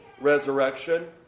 resurrection